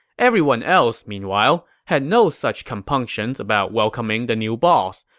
everyone else, meanwhile, had no such compunctions about welcoming the new boss.